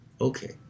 Okay